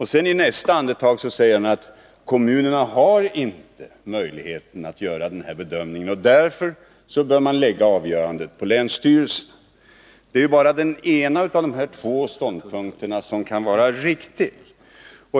Redan i nästa andetag säger han emellertid att kommunerna inte har någon möjlighet att göra den bedömningen, och därför bör man lämna avgörandet till länsstyrelserna. Men det är ju bara den ena av de här båda ståndpunkterna som kan vara riktig.